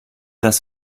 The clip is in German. das